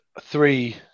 three